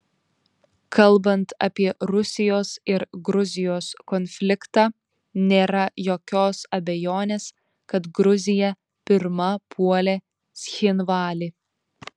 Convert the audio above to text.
kalbant apie rusijos ir gruzijos konfliktą nėra jokios abejonės kad gruzija pirma puolė cchinvalį